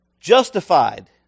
justified